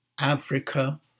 Africa